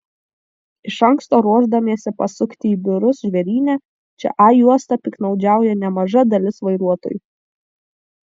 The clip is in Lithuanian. iš anksto ruošdamiesi pasukti į biurus žvėryne čia a juosta piktnaudžiauja nemaža dalis vairuotojų